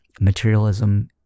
materialism